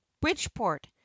bridgeport